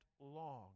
long